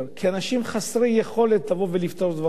לאנשים חסרי יכולת לבוא ולפתור דברים?